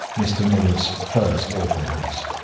mr. muller's first orphan-house.